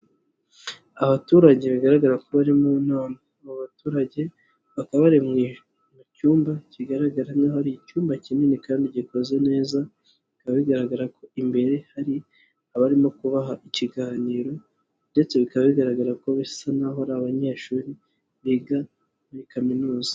Abaturage bigaragara ko bari mu nama, ni baturage bakaba bariri mu cyumba, kigaragara nkaho ari icyumba kinini kandi gikoze neza, bikaba bigaragara ko imbere hari abarimo kubaha ikiganiro ndetse bikaba bigaragara ko basa naho ari abanyeshuri, biga muri kaminuza.